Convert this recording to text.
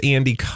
Andy